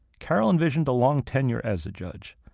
carol envisioned a long tenure as a judge,